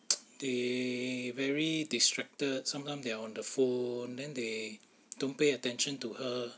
they very distracted sometime they are on the phone then they don't pay attention to her